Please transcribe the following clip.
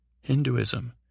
Hinduism